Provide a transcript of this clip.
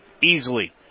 easily